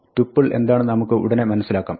Tuple എന്താണെന്ന് നമുക്ക് ഉടനെ മനസ്സിലാക്കാം